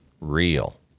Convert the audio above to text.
real